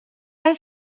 and